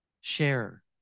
share